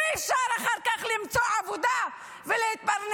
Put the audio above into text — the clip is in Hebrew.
שאי-אפשר אחר כך למצוא עבודה ולהתפרנס.